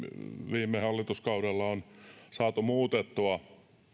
viime hallituskaudella on saatu muutettua